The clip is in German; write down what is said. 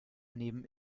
neben